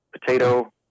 potato